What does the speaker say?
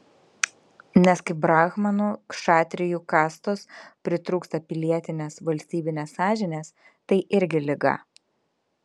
nes kai brahmanų kšatrijų kastos pritrūksta pilietinės valstybinės sąžinės tai irgi liga